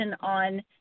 on